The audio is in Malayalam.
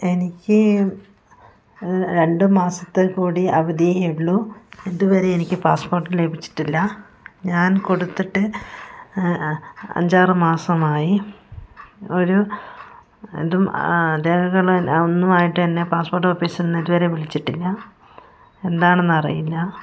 എനിക്ക് രണ്ട് മാസത്തെ കൂടി അവധിയുള്ളു ഇതുവരെ എനിക്ക് പാസ്പോർട്ട് ലഭിച്ചിട്ടില്ല ഞാൻ കൊടുത്തിട്ട് അഞ്ചാറ് മാസമായി ഒരു ഇതും രേഖകള് ഒന്നുമായിട്ടെന്നെ പാസ്പോർട്ട് ഓഫീസിൽ നിന്ന് ഇതുവരെ വിളിച്ചിട്ടില്ല എന്താണെന്നറിയില്ല